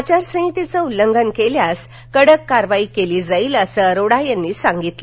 आचारसंहितेचे उल्लंघन केल्यास कडक कारवाई करण्यात येईल असंही अरोरा यांनी सांगितलं